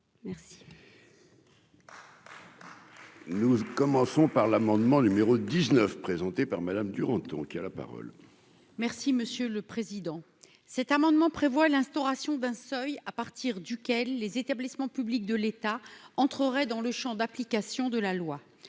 Merci. Nous commençons par l'amendement numéro 19 présenté par Madame Durand, donc il y a la parole. Merci monsieur le président, cet amendement prévoit l'instauration d'un seuil à partir duquel les établissements publics de l'État entreraient dans le Champ d'application de la loi,